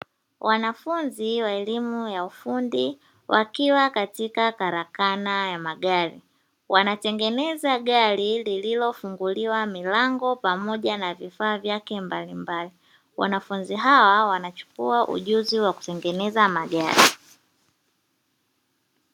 Wanafunzi wa elimu ya ufundi wakiwa katika karakana ya magari. Wanatengeneza gari lililofunguliwa milango pamoja na vifaa vyake mbalimbali. Wanafunzi hawa wanachukua ujuzi wa kutengeneza magari.